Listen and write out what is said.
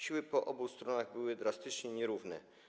Siły po obu stronach były drastycznie nierówne.